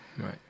Right